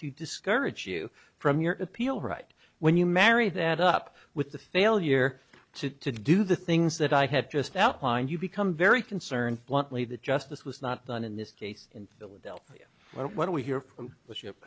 to discourage you from your appeal right when you marry that up with the failure to to do the things that i have just outlined you become very concerned bluntly that justice was not done in this case in philadelphia when we hear from the ship